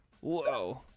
Whoa